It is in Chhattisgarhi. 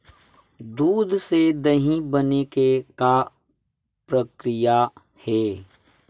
दूध से दही बने के का प्रक्रिया हे?